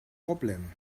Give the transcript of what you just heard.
problem